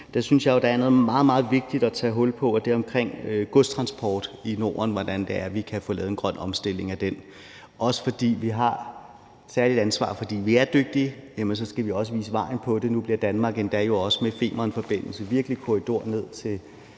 meget, meget vigtigt at tage hul på, og det er omkring godstransport i Norden, og hvordan vi kan få lavet en grøn omstilling af den. For vi har et særligt ansvar, fordi vi er dygtige. Derfor skal vi også vise vejen i forhold til det. Nu bliver Danmark jo endda også med Femernforbindelsen virkelig en korridor ned